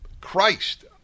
christ